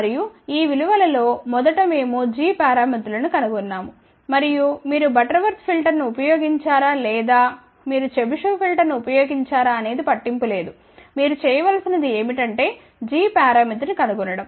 మరియు ఈ విలువ లలో మొదట మేము g పారామితులను కనుగొన్నాము మరియు మీరు బటర్వర్త్ ఫిల్టర్ను ఉపయోగించారా లేదా మీరు చెబిషెవ్ ఫిల్టర్ను ఉపయోగించారా అనేది పట్టింపు లేదు మీరు చేయవలసినది ఏమిటంటే g పరామితి ని కనుగొనడం